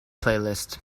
playlist